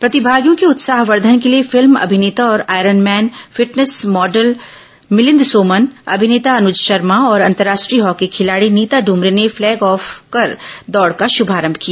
प्रतिमागियों के उत्साहवर्धन के लिए फिल्म अभिनेता और iron man fitness model Milind Soman अभिनेता अनुज शर्मा और अंतर्राष्ट्रीय हॉकी खिलाड़ी नीता ड्रमरे ने फ्लैग ऑफ कर दौड़ का शुभारंभ किया